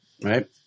Right